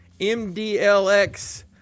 MDLX